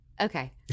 Okay